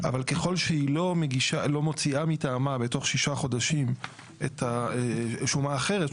אבל ככל שהיא לא מוציאה מטעמה בתוך ששה חודשים שומה אחרת,